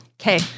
Okay